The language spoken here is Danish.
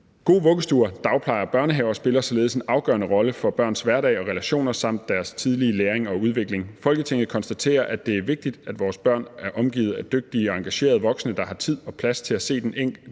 Gode vuggestuer, dagplejer og børnehaver spiller således en afgørende rolle for børns hverdag og relationer samt deres tidlige læring og udvikling. Folketinget konstaterer, at det er vigtigt, at vores børn er omgivet af dygtige og engagerede voksne, der har tid og plads til at se det enkelte